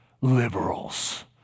Liberals